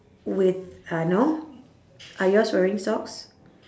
with a no are yours wearing socks